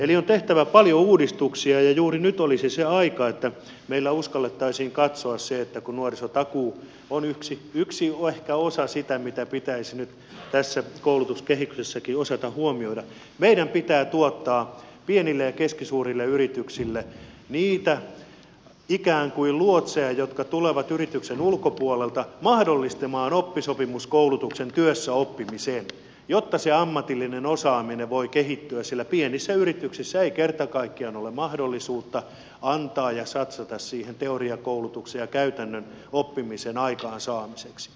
on tehtävä paljon uudistuksia ja juuri nyt olisi se aika että meillä uskallettaisiin katsoa se että kun nuorisotakuu on ehkä yksi osa sitä mitä pitäisi nyt koulutuskehyksessäkin osata huomioida meidän pitää tuottaa pienille ja keskisuurille yrityksille ikään kuin luotseja jotka tulevat yrityksen ulkopuolelta mahdollistamaan oppisopimuskoulutuksen työssäoppimiseen jotta ammatillinen osaaminen voi kehittyä sillä pienissä yrityksissä ei kerta kaikkiaan ole mahdollisuutta antaa ja satsata teoriakoulutukseen ja käytännön oppimisen aikaansaamiseksi